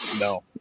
No